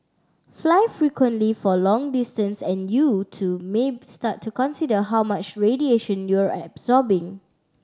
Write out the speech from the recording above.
fly frequently for long distance and you too may start to consider how much radiation you're absorbing